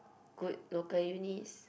good local unis